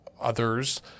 others